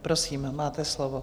Prosím, máte slovo.